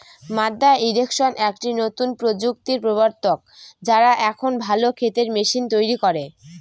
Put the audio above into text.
মাদ্দা ইরিগেশন একটি নতুন প্রযুক্তির প্রবর্তক, যারা এখন ভালো ক্ষেতের মেশিন তৈরী করে